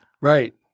Right